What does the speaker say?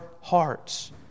hearts